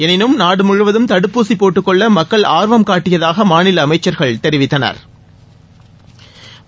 எனினும்நாடு முழுவதும் தடுப்பூசி போட்டுக்கொள்ள மக்கள் ஆர்வம் காட்டியதாக மாநில அமைச்சா்கள் தெரிவித்தனா்